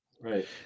Right